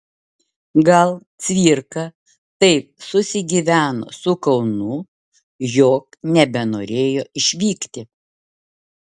gal cvirka taip susigyveno su kaunu jog nebenorėjo išvykti